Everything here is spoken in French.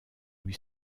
lui